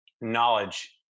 knowledge